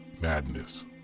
madness